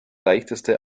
leichteste